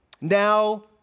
Now